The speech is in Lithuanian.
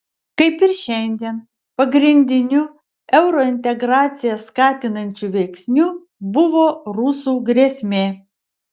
kaip ir šiandien pagrindiniu eurointegraciją skatinančiu veiksniu buvo rusų grėsmė